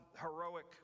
heroic